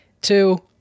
two